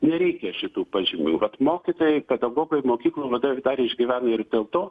nereikia šitų pažymų vat mokytojai pedagogai mokyklų vadovai dar išgyvena ir dėl to